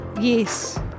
Yes